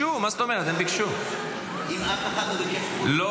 אם אף אחד לא ביקש חוץ וביטחון --- ביקשו.